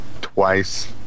twice